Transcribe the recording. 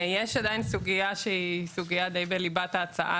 יש עדיין סוגיה שהיא בליבת ההצעה,